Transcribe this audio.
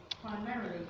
primarily